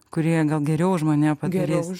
kurie gal geriau už mane padarys